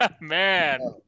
man